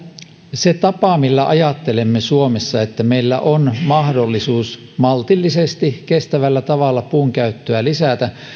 se tapa millä ajattelemme suomessa että meillä on mahdollisuus maltillisesti ja kestävällä tavalla puunkäyttöä lisätä